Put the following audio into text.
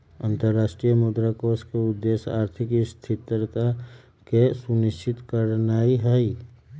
अंतरराष्ट्रीय मुद्रा कोष के उद्देश्य आर्थिक स्थिरता के सुनिश्चित करनाइ हइ